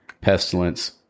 Pestilence